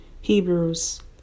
Hebrews